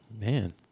Man